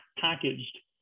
packaged